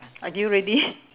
are you ready